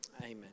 Amen